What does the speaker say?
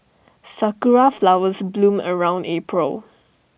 Sakura Flowers bloom around April